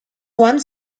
one